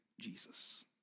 Jesus